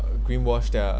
uh green wash their